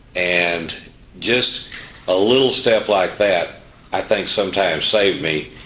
and just a little step like that i think sometimes saved me.